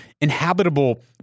inhabitable